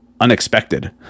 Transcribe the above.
unexpected